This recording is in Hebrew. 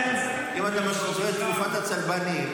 אם אתה משווה את תקופת הצלבנים,